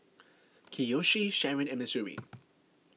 Kiyoshi Sharyn and Missouri